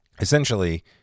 Essentially